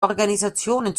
organisationen